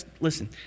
listen